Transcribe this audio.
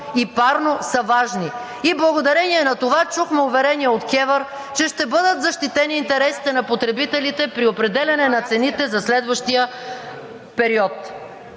и парно са важни. И благодарение на това чухме уверения от КЕВР, че ще бъдат защитени интересите на потребителите при определяне на цените за следващия период.